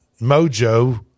mojo